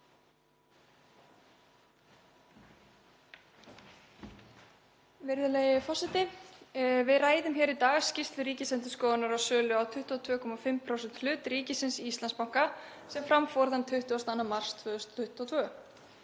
Virðulegi forseti. Við ræðum í dag skýrslu Ríkisendurskoðunar á sölu á 22,5% hlut ríkisins í Íslandsbanka sem fram fór þann 22. mars 2022.